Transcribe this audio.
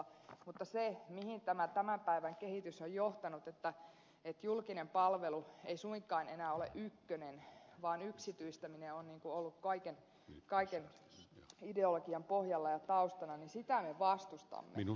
mutta sitä mihin tämä tämän päivän kehitys on johtanut että julkinen palvelu ei suinkaan enää ole ykkönen vaan yksityistäminen on ollut kaiken ideologian pohjalla ja taustana niin sitä me vastustamme